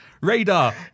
Radar